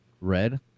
Red